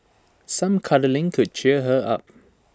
some cuddling could cheer her up